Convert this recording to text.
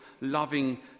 loving